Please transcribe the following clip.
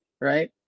right